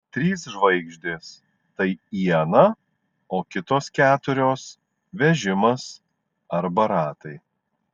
trys žvaigždės tai iena o kitos keturios vežimas arba ratai